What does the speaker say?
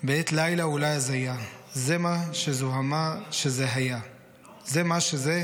בעת-לילה אולי הזיה / זה מה שזֶהמה שזה היה / פרי